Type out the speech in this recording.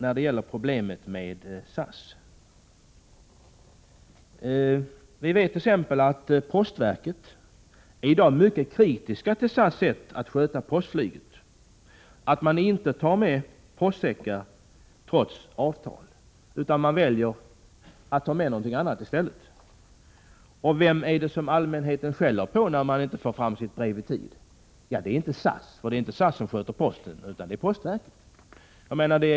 Vi vet t.ex. att man på postverket i dag är mycket kritisk till SAS sätt att sköta postflyget. Trots avtal tas inte postsäckar med. I stället tar man med någonting annat. Och vem är det som allmänheten skäller på när brev inte kommer fram i tid? Ja, inte är det SAS, för det är inte SAS som sköter om posten utan det är postverket.